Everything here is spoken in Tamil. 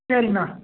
சரிங்கண்ணா